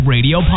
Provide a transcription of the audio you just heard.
Radio